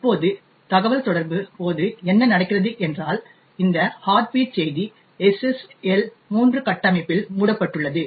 இப்போது தகவல்தொடர்பு போது என்ன நடக்கிறது என்றால் இந்த ஹார்ட் பீட் செய்தி SSL 3 கட்டமைப்பில் மூடப்பட்டுள்ளது